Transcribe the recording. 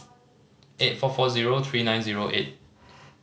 eight four four zero three nine zero eight